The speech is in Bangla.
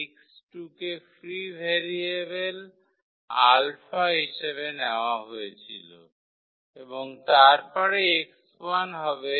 x2 কে ফ্রি ভেরিয়েবল α হিসাবে নেওয়া হয়েছিল এবং তারপরে 𝑥1 হবে